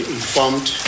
informed